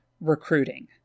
recruiting